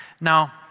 Now